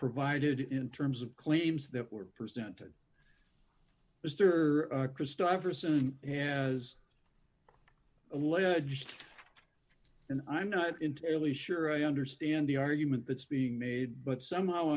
provided in terms of claims that were presented mr christofferson has alleged and i'm not entirely sure i understand the argument that's being made but somehow